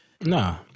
No